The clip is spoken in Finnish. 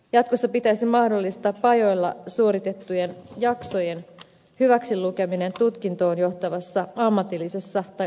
jatkossa pitäisi mahdollistaa pajoilla suoritettujen jaksojen hyväksi lukeminen tutkintoon johtavassa ammatillisessa tai oppisopimuskoulutuksessa